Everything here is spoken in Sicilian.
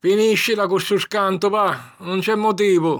Finìscila cu stu scantu, va! 'Un c'è motivu.